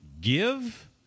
give